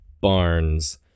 Barnes